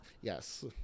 Yes